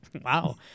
Wow